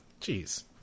jeez